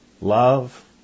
love